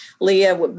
Leah